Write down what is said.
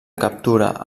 captura